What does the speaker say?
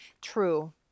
true